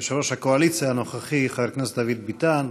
יושב-ראש הקואליציה הנוכחי, חבר הכנסת דוד ביטן,